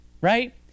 right